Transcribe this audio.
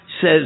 says